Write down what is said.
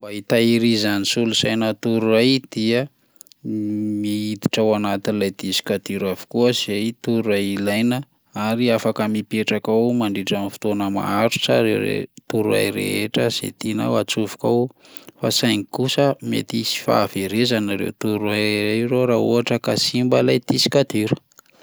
Fomba hitahirizan'ny solosaina torohay dia m- mihiditra ao anatin'ilay disque dur avokoa zay torohay ilaina ary afaka mipetraka ao mandritran'ny fotoana maharitra ireo re- torohay rehetra zay tiana ho atsofoka ao fa saingy kosa mety hisy fahaverezana ireo torohay ireo raha ohatra ka simba ilay disque dur.